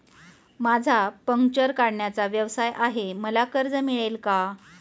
माझा पंक्चर काढण्याचा व्यवसाय आहे मला कर्ज मिळेल का?